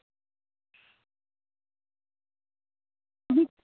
जी